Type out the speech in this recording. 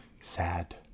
Sad